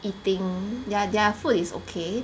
eating their their food is okay